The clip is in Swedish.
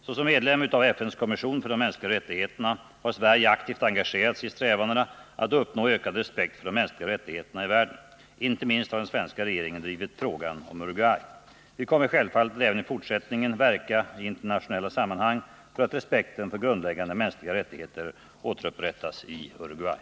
Såsom medlem av FN:s kommission för de mänskliga rättigheterna har Sverige aktivt engagerat sig i strävandena att uppnå ökad respekt för de mänskliga rättigheterna i världen. Inte minst har den svenska regeringen drivit frågan om Uruguay. Vi kommer självfallet att även i fortsättningen verka i internationella sammanhang för att respekten för grundläggande mänskliga rättigheter återupprättas i Uruguay.